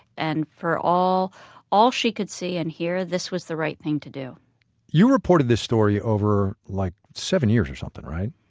and for all all she could see and hear, this was the right thing to do you reported this story over like seven years or something, right?